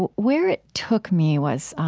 but where it took me was